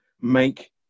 make